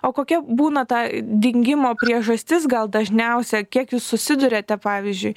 o kokia būna ta dingimo priežastis gal dažniausia kiek jūs susiduriate pavyzdžiui